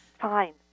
Fine